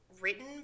written